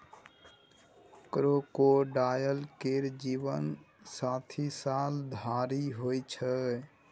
crocodile केर जीबन साठि साल धरि होइ छै